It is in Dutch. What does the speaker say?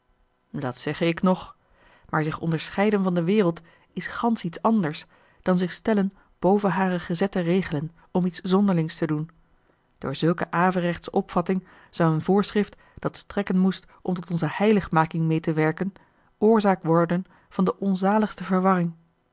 dat zegge ik nog maar zich onderscheiden van de wereld is gansch iets anders dan zich stellen boven hare gezette regelen om iets zonderlings te doen door zulke averechtsche opvatting zou een voorschrift dat strekken moest om tot onze heiligmaking meê te werken oorzaak worden van de onzaligste verwarring